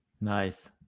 Nice